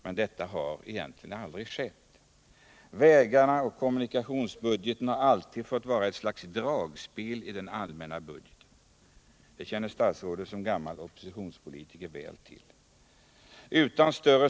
Men detta har egentligen aldrig skett. Kommunikationsbudgeten har alltid fått vara ett slags dragspel i den allmänna budgeten — det känner statsrådet som gammal oppositionspolitiker väl till.